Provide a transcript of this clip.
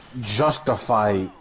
justify